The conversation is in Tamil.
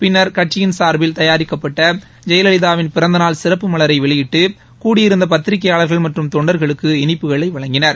பின்னர் கட்சியின் சார்பில் தயாரிக்பப்ட்ட ஜெயலலிதாவின் பிறந்த நாள் சிறப்பு மலரை வெளியிட்டு கூடியிருந்த பத்திரிகையாளர்கள் மற்றும் தொண்டர்களுக்கு இனிப்புகளை வழங்கினர்